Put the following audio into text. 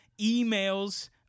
emails